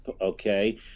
okay